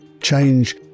Change